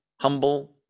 Humble